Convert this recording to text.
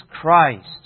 Christ